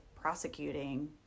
prosecuting –